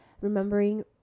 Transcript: remembering